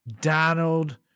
Donald